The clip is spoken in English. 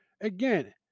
Again